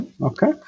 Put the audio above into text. okay